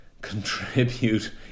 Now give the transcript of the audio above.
contribute